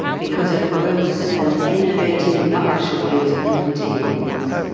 because a gross and enervating luxury has overtaken us.